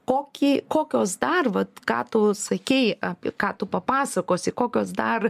kokį kokios dar vat ką tu sakei apie ką tu papasakosi kokios dar